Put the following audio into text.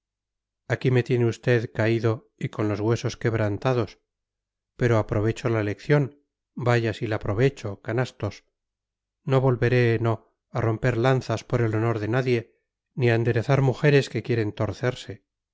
aquí me tiene usted caído y con los huesos quebrantados pero aprovecho la lección vaya si la aprovecho canastos no volveré no a romper lanzas por el honor de nadie ni a enderezar mujeres que quieren torcerse